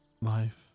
Life